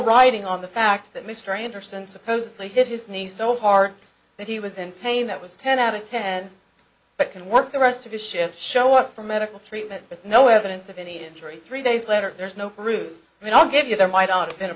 riding on the fact that mr anderson supposedly hit his knee so hard that he was in pain that was ten i have a ten but can work the rest of the ship show up for medical treatment but no evidence of any injury three days later there's no proof i mean i'll give you their might on been a